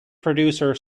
producer